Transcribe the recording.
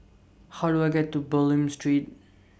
How Do I get to Bulim Street